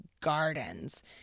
gardens